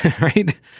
right